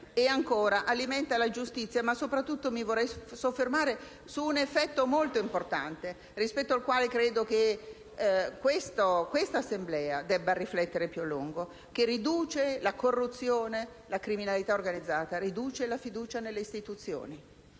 e ancora, alimenta l'ingiustizia. Mi vorrei soprattutto soffermare su un effetto molto importante, rispetto al quale credo che questa Assemblea debba riflettere più a lungo. Mi riferisco al fatto che la corruzione e la criminalità organizzata riducono la fiducia nelle istituzioni.